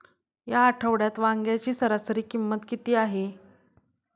या आठवड्यात वांग्याची सरासरी किंमत किती आहे?